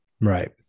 Right